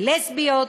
בלסביות,